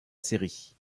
série